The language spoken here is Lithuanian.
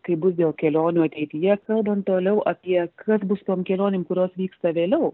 kaip bus dėl kelionių ateityje kalbant toliau apie kas bus tom kelionėm kurios vyksta vėliau